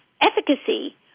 efficacy